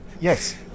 Yes